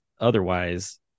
otherwise